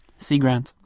see grant,